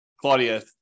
Claudia